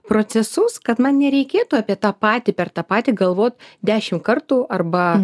procesus kad man nereikėtų apie tą patį per tą patį galvot dešim kartų arba